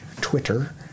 Twitter